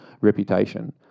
reputation